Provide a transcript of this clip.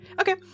Okay